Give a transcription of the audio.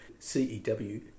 CEW